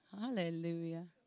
Hallelujah